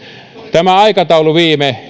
tämä aikatauluviive